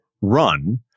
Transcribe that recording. run